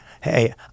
hey